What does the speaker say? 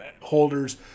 holders